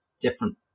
different